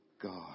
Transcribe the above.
God